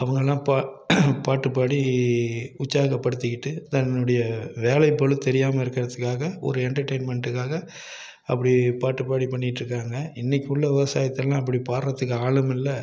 அவங்களாம் பா பாட்டு பாடி உற்சாகப்படுத்திக்கிட்டு தன்னுடைய வேலை பளு தெரியாமல் இருக்கிறத்துக்காக ஒரு எண்டர்டைமண்ட்டுக்காக அப்படி பாட்டு பாடி பண்ணிட்டுருக்காங்க இன்றைக்கி உள்ள விவசாயத்தெல்லாம் அப்படி பாடுறதுக்கு ஆளுமில்லை